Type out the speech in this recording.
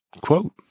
quote